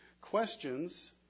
questions